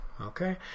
okay